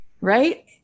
Right